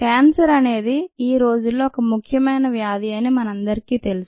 cancer అనేది ఈ రోజుల్లో ఒక ముఖ్యమైన వ్యాధి అని మనందరికీ తెలుసు